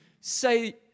say